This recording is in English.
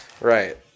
right